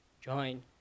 join